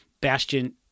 bastion